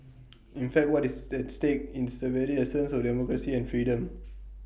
in fact what is at stake is the very essence of democracy and freedom